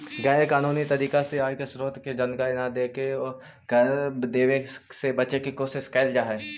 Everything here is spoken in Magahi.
गैर कानूनी तरीका से आय के स्रोत के जानकारी न देके कर देवे से बचे के कोशिश कैल जा हई